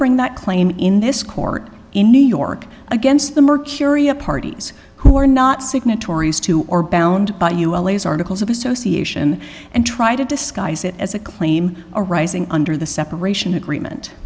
bring that claim in this court in new york against them or curia parties who are not signatories to or bound by you as articles of association and try to disguise it as a claim arising under the separation agreement